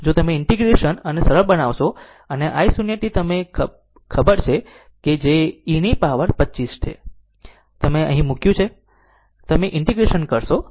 જો તમે ઈન્ટીગ્રેશન અને સરળ બનાવશો અને i 0 t તમને ખબર છે કે જે e ની પાવર 25 t છે તમે તેને અહીં મૂક્યું છે તમે તેને અહીં મૂક્યું છે અને તમે ઈન્ટીગ્રેશન કરશો